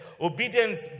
Obedience